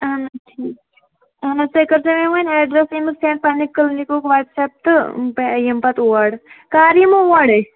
اَہَن حظ ٹھیٖک اَہَن حظ تُہۍ کٔرۍزیٚو وۅنۍ ایٚڈرس اَمیُک سیٚنٛڈ پنٛنہِ کٕلنِکُک وَٹس ایٚپ تہٕ بہٕ یِمہٕ پَتہٕ اور کَر یِمہٕ اورے